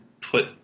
put